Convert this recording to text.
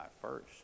first